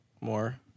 more